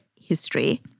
history